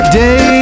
day